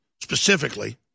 specifically